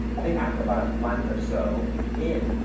i think after about a month or so in,